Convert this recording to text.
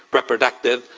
reproductive,